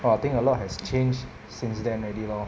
!wah! I think a lot has changed since then already lor